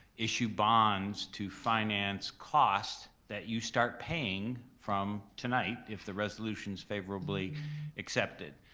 issue bonds to finance costs that you start paying from tonight if the resolution's favorably accepted.